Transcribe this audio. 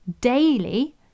daily